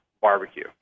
barbecue